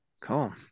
cool